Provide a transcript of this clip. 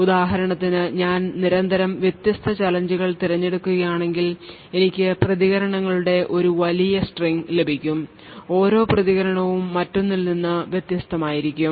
ഉദാഹരണത്തിന് ഞാൻ നിരന്തരം വ്യത്യസ്ത ചാലഞ്ച് കൾ തിരഞ്ഞെടുക്കുകയാണെങ്കിൽ എനിക്ക് പ്രതികരണങ്ങളുടെ ഒരു വലിയ സ്ട്രിംഗ് ലഭിക്കും ഓരോ പ്രതികരണവും മറ്റൊന്നിൽ നിന്ന് വ്യത്യസ്തമായിരിക്കും